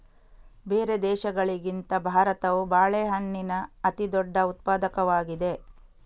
ಬೇರೆ ದೇಶಗಳಿಗಿಂತ ಭಾರತವು ಬಾಳೆಹಣ್ಣಿನ ಅತಿದೊಡ್ಡ ಉತ್ಪಾದಕವಾಗಿದೆ